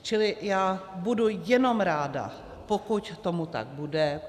Čili já budu jenom ráda, pokud tomu tak bude.